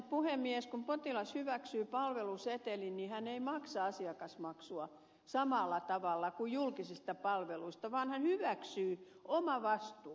kun potilas hyväksyy palvelusetelin niin hän ei maksa asiakasmaksua samalla tavalla kuin julkisista palveluista vaan hän hyväksyy omavastuun